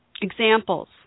examples